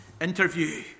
interview